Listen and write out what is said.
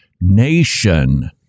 nation